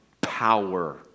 power